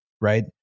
right